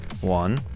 One